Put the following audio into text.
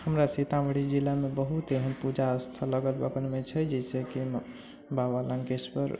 हमरा सीतामढ़ी जिलामे बहुत एहन पूजा स्थल अगर अपनमे छै जैसेकि बाबा लङ्केश्वर